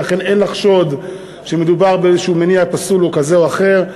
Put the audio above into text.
ולכן אין לחשוד שמדובר באיזה מניע פסול כזה או אחר.